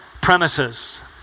premises